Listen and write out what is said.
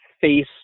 face